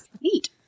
Neat